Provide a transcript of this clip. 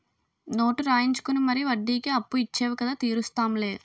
note రాయించుకుని మరీ వడ్డీకి అప్పు ఇచ్చేవు కదా తీరుస్తాం లే